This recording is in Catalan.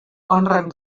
honren